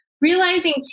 realizing